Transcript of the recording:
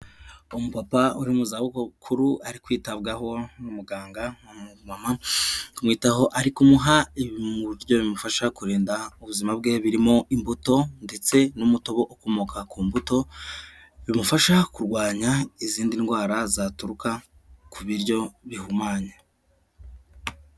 Umu papa uri mu zabukurukuru ari kwitabwaho n'umuganga w'umu mama ari mwitaho ari kumuha ibiryo bimufasha kurinda ubuzima bwe birimo imbuto ndetse n'umutobe ukomoka ku mbuto bimufasha kurwanya izindi ndwara zaturuka ku biryo bihumanya.